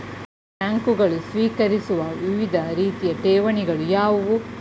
ಬ್ಯಾಂಕುಗಳು ಸ್ವೀಕರಿಸುವ ವಿವಿಧ ರೀತಿಯ ಠೇವಣಿಗಳು ಯಾವುವು?